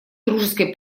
дружеской